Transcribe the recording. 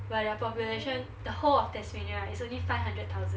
but their population the whole of tasmania right is only five hundred thousand